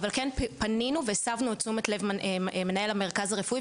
אבל כן פנינו והסבנו את תשומת לב מנהל המרכז הרפואי,